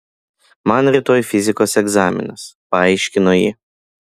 man rytoj fizikos egzaminas paaiškino ji